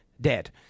dead